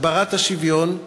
הגברת השוויון,